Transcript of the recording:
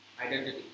identity